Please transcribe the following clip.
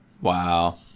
Wow